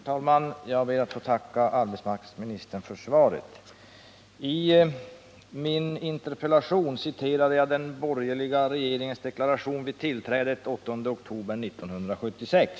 Herr talman! Jag ber att få tacka arbetsmarknadsministern för svaret. I min interpellation citerade jag den borgerliga regeringens deklaration vid tillträdet den 8 oktober 1976.